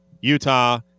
Utah